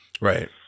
Right